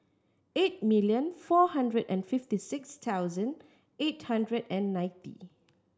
eight million four hundred and fifty six thousand eight hundred and ninety